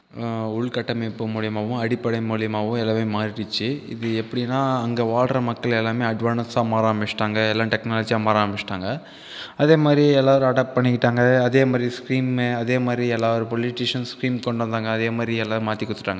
உள்கட்ட அமைப்பு மூலமாகவும் அடிப்படை மூலமாகவும் எல்லாமே மாறிடுச்சு இது எப்படின்னா அங்கே வாழ்ற மக்கள் எல்லாருமே அட்வான்ஸாக மாற ஆரம்பிச்சிட்டாங்க எல்லா டெக்னாலஜியாக மாற ஆரம்பிச்சுவிட்டாங்க அதே மாதிரி எல்லாரு அடாப் பண்ணிக்கிட்டாங்க அதே மாதிரி ஸ்கீம் எல்லா பொலிட்டீஸின் ஸ்கீம் ஸ்கீம் கொண்டு வந்தாங்க அதே மாதிரி எல்லா மாற்றி கொடுத்துவிட்டாங்க